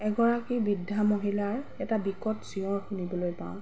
এগৰাকী বৃদ্ধা মহিলাৰ এটা বিকট চিয়ঞৰ শুনিবলৈ পাওঁ